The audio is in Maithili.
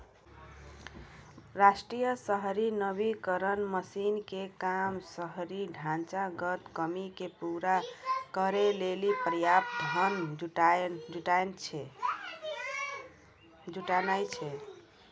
राष्ट्रीय शहरी नवीकरण मिशन के काम शहरी ढांचागत कमी के पूरा करै लेली पर्याप्त धन जुटानाय छै